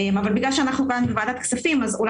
אבל מכיוון שאנחנו בוועדת הכספים אז אולי